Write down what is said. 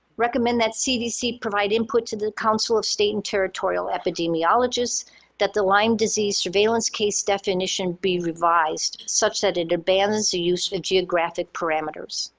recommend that cdc provide input to the council of state and territorial epidemiologists that the lyme disease surveillance case definition be revised, such that it abandons the use of geographic parameters.